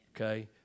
okay